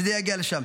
כשזה יגיע לשם.